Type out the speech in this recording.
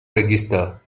register